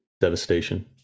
devastation